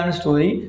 story